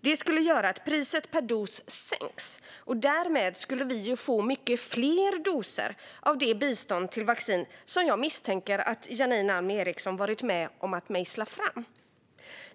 Detta skulle göra att priset per dos sänks, och därmed skulle vi få många fler doser av det bistånd till vaccin som jag misstänker att Janine Alm Ericson varit med om att mejsla fram.